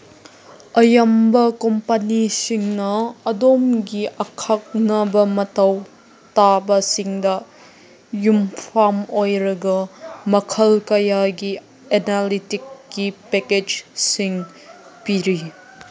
ꯑꯌꯥꯝꯕ ꯀꯣꯝꯄꯅꯤꯁꯤꯡꯅ ꯑꯗꯣꯝꯒꯤ ꯑꯈꯛꯅꯕ ꯃꯇꯧ ꯇꯥꯕꯁꯤꯡꯗ ꯌꯨꯝꯐꯝ ꯑꯣꯏꯔꯒ ꯃꯈꯜ ꯀꯌꯥꯒꯤ ꯑꯦꯅꯥꯂꯤꯇꯤꯛꯁꯀꯤ ꯄꯦꯀꯦꯠꯁꯁꯤꯡ ꯄꯤꯔꯤ